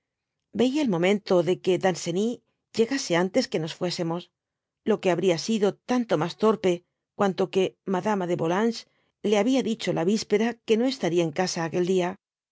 veia el momento de que danceny llegase antes que nos fuésemos lo que habría sido tanto mas torpe cuanto que madama de yolanges le habia dicho la víspera que no estaría en casa aquel diá la muchacha y